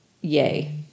yay